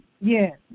yes